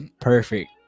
Perfect